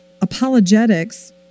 apologetics